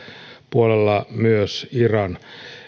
puolella myös iraniin